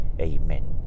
Amen